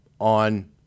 on